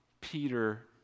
Peter